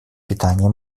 питания